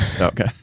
Okay